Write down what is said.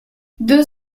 deux